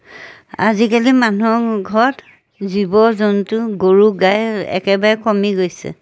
আজিকালি মানুহৰ ঘৰত জীৱ জন্তু গৰু গাই একেবাৰে কমি গৈছে